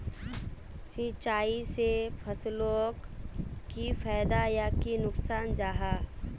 सिंचाई से फसलोक की फायदा या नुकसान जाहा?